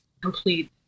complete